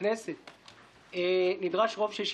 נמצא כי פדיון המגדלים אכן נפגע בלמעלה מ-10%; לפי דעתי,